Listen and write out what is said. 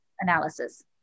analysis